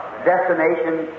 Destination